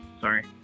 Sorry